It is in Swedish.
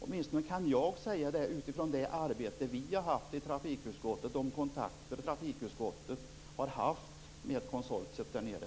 Åtminstone jag påstår det, utifrån det arbete vi i trafikutskottet har lagt ned och de kontakter vi haft med konsortiet där nere.